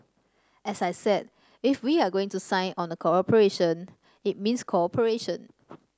as I said if we are going to sign on a cooperation it means cooperation